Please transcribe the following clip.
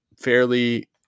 fairly